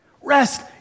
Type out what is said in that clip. rest